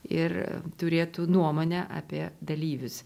ir turėtų nuomonę apie dalyvius